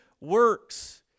works